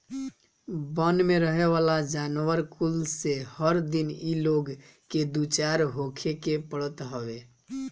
वन में रहेवाला जानवर कुल से हर दिन इ लोग के दू चार होखे के पड़त हवे